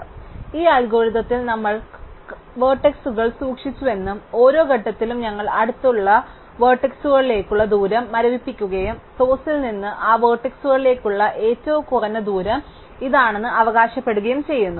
അതിനാൽ ഈ അൽഗോരിതത്തിൽ നമ്മൾ കത്തുന്ന വെർട്ടെക്സുകൾ സൂക്ഷിച്ചുവെന്നും ഓരോ ഘട്ടത്തിലും ഞങ്ങൾ അടുത്തുള്ള കത്താത്ത വെർട്ടെക്സുകൾലേക്കുള്ള ദൂരം മരവിപ്പിക്കുകയും സോഴ്സ്ൽ നിന്ന് ആ വെർട്ടെക്സുകൾലേക്കുള്ള ഏറ്റവും കുറഞ്ഞ ദൂരം ഇതാണെന്ന് അവകാശപ്പെടുകയും ചെയ്യുന്നു